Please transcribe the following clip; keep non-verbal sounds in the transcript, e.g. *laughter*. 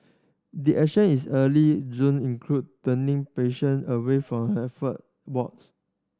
did action is early June include turning patient away from *unintelligible* wards